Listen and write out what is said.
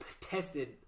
tested